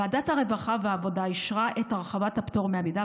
ועדת העבודה והרווחה אישרה את הרחבת הפטור מעמידה